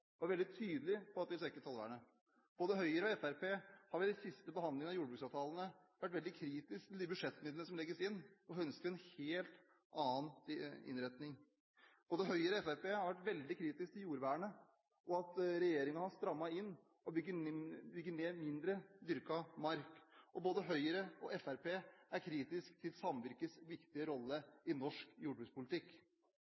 og er veldig tydelige på at de vil svekke tollvernet. Både Høyre og Fremskrittspartiet har ved de siste behandlingene av Jordbruksavtalen vært veldig kritisk til de budsjettmidlene som legges inn, og ønsker en helt annen innretning. Både Høyre og Fremskrittspartiet har vært veldig kritisk til jordvernet, og til at regjeringen har strammet inn for at mindre dyrket mark bygges ned. Både Høyre og Fremskrittspartiet er kritiske til samvirkets viktige rolle